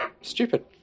Stupid